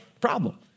problem